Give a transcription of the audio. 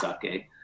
sake